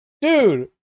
Dude